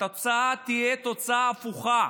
התוצאה תהיה תוצאה הפוכה.